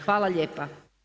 Hvala lijepa.